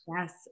Yes